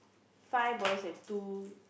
five boys and two